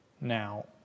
Now